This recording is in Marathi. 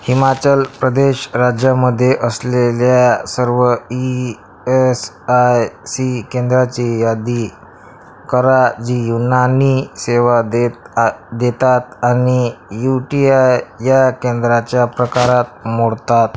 हिमाचल प्रदेश राज्यामध्ये असलेल्या सर्व ई एस आय सी केंद्राची यादी करा जी युनानी सेवा देत आ देतात आणि यू टी आय या केंद्राच्या प्रकारात मोडतात